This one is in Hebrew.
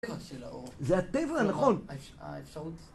זה הטבע, נכון!